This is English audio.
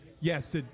Yes